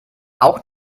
auch